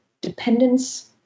dependence